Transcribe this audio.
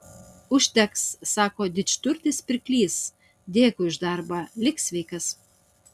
užteks sako didžturtis pirklys dėkui už darbą lik sveikas